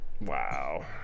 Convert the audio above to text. wow